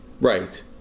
Right